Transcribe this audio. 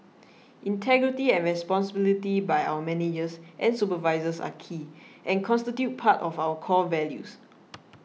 integrity and responsibility by our managers and supervisors are key and constitute part of our core values